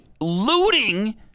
looting